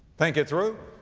think it through.